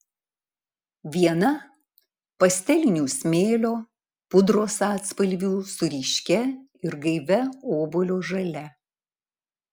viena pastelinių smėlio pudros atspalvių su ryškia ir gaivia obuolio žalia